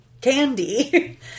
candy